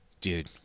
dude